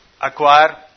acquire